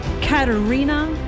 Katerina